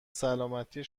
سلامتی